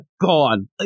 gone